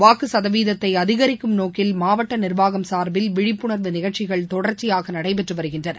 வாக்குசதவீதத்தைஅதிகரிக்கும் நோக்கில் மாவட்டநிர்வாகம் சார்பில் விழிப்புணர்வு நிகழ்ச்சிகள் தொடர்ச்சியாகநடைபெற்றுவருகின்றன